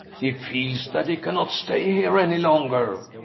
he feels that he cannot stay here any longer.